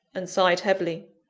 and sighed heavily.